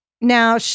now